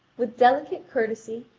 with delicate courtesy,